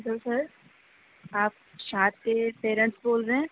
hello sir آپ شاد کے parents بول رہے ہیں